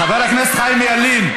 חבר הכנסת חיים ילין.